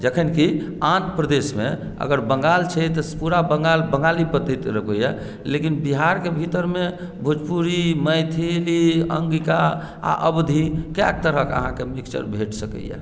जखन कि आन प्रदेशमे अगर बंगाल छै तऽ पुरा बंगाल बंगाली पद्धति पर रहैया लेकिन बिहारकेँ भीतरमे भोजपुरी मैथिली अङ्गिका आ अवधी कयक तरह के अहाँकेँ मिक्सचर भेंट सकैया